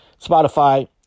Spotify